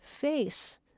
face